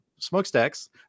smokestacks